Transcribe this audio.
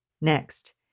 Next